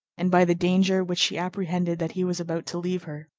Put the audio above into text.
and by the danger which she apprehended that he was about to leave her.